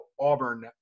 Auburn